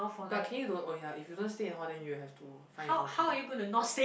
but can you don't oh yeah if you don't stay in hall then you have to find your own accommodation